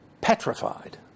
petrified